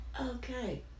Okay